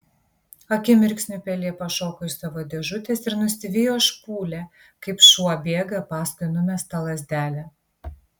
akimirksniu pelė pašoko iš savo dėžutės ir nusivijo špūlę kaip šuo bėga paskui numestą lazdelę